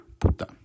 puta